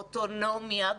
אוטונומיה,